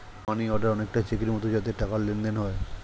মানি order অনেকটা চেকের মতো যাতে টাকার লেনদেন হয়